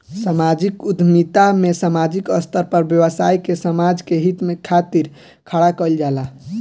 सामाजिक उद्यमिता में सामाजिक स्तर पर व्यवसाय के समाज के हित खातिर खड़ा कईल जाला